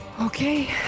Okay